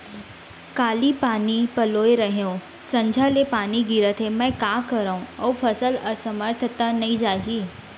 काली पानी पलोय रहेंव, संझा ले पानी गिरत हे, मैं का करंव अऊ फसल असमर्थ त नई जाही?